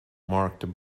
marked